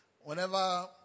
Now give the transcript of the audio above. Whenever